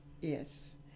Yes